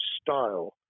style